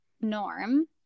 norm